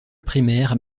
primaire